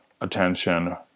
attention